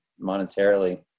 monetarily